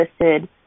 listed